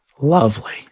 lovely